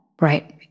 Right